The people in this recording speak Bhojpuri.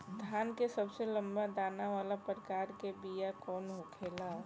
धान के सबसे लंबा दाना वाला प्रकार के बीया कौन होखेला?